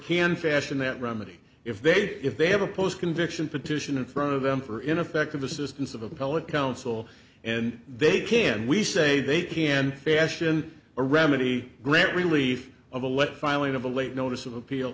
can fashion that remedy if they if they have a post conviction petition in front of them for ineffective assistance of appellate counsel and they can we say they can fashion a remedy grant relief of a let filing of a late notice of appeal